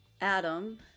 Adam